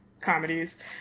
comedies